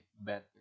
better